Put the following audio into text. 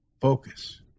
Focus